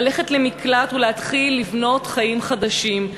ללכת למקלט ולהתחיל לבנות חיים חדשים.